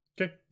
Okay